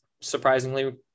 surprisingly